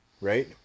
Right